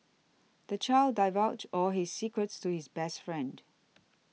the child divulged all his secrets to his best friend